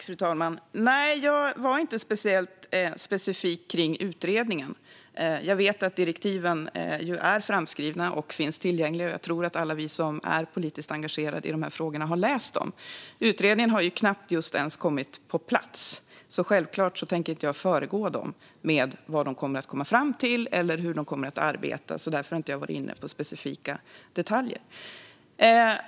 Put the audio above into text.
Fru talman! Nej, jag var inte speciellt specifik kring utredningen. Jag vet att direktiven är framskrivna och finns tillgängliga, och jag tror att alla vi som är politiskt engagerade i de här frågorna har läst dem. Utredningen har knappt ens kommit på plats, så självklart tänker jag inte föregå den med vad man kommer att komma fram till eller hur man kommer att arbeta. Därför har jag inte varit inne på specifika detaljer.